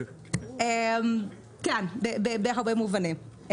כן, בהרבה מובנים.